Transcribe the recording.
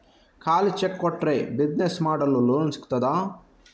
ಖಾಲಿ ಚೆಕ್ ಕೊಟ್ರೆ ಬಿಸಿನೆಸ್ ಮಾಡಲು ಲೋನ್ ಸಿಗ್ತದಾ?